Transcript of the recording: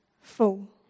full